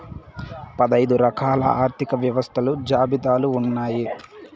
పదైదు రకాల ఆర్థిక వ్యవస్థలు జాబితాలు ఉన్నాయి